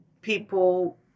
people